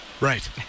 Right